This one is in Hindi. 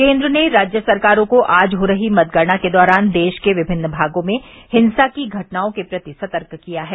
केंद्र ने राज्य सरकारों को आज हो रही मतगणना के दौरान देश के विभिन्न भागों में हिंसा की घटनाओं के प्रति सतर्क किया है